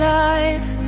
life